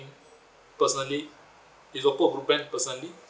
personally is oppo a good brand personally